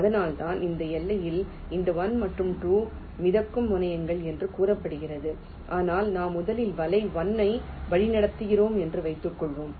அதனால்தான் இந்த எல்லையில் இந்த 1 மற்றும் 2 மிதக்கும் முனையங்கள் என்று கூறப்படுகிறது ஆனால் நாம் முதலில் வலை 1 ஐ வழிநடத்துகிறோம் என்று வைத்துக்கொள்வோம்